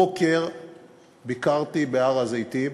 הבוקר ביקרתי בהר-הזיתים.